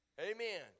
Amen